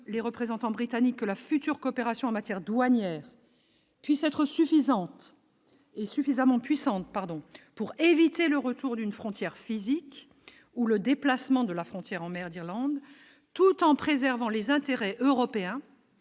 les représentants britanniques, la future coopération en matière douanière puisse être suffisante et suffisamment puissante, pardon pour éviter le retour d'une frontière physique ou le déplacement de la frontière en mer d'Irlande, tout en préservant les intérêts européens,